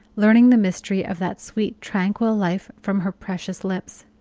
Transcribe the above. learning the mystery of that sweet, tranquil life from her precious lips.